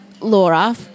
Laura –